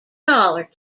collar